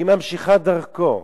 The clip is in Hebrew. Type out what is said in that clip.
היא ממשיכת דרכו.